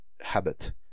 habit